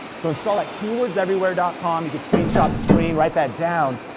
so install that, keywordseverywhere dot com you can screenshot the screen, write that down,